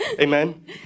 amen